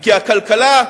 כי הכלכלה,